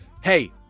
Hey